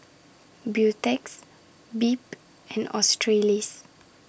Beautex Bebe and Australis